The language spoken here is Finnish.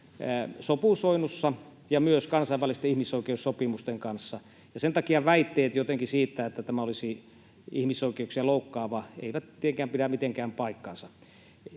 kanssa ja myös kansainvälisten ihmisoikeussopimusten kanssa sopusoinnussa, ja sen takia väitteet jotenkin siitä, että tämä olisi ihmisoikeuksia loukkaava, eivät tietenkään pidä mitenkään paikkaansa.